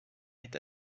est